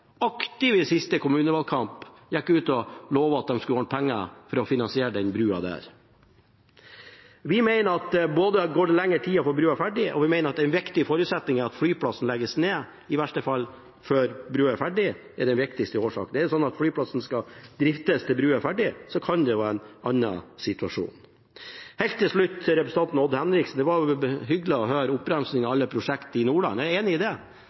i siste kommunevalgkamp aktivt gikk ut og lovte at de skulle ordne penger for å finansiere den brua. Vi mener at det kan gå lengre tid å få brua ferdig, og da mener vi at det er en viktig forutsetning som endres ved at flyplassen i verste fall legges ned før brua er ferdig. Det er slik at flyplassen skal driftes til brua er ferdig, men her kan det bli en annen situasjon. Helt til slutt til representanten Odd Henriksen: Det var hyggelig å høre oppramsingen av alle prosjektene i Nordland. Men dette er prosjekter som er vedtatt, eller som ligger i NTP-en, og det